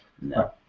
no